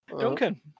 Duncan